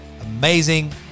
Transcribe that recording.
Amazing